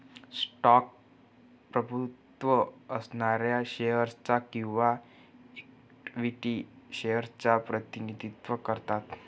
stock प्रभुत्व असणाऱ्या shares च किंवा इक्विटी शेअर्स च प्रतिनिधित्व करतात